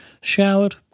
Showered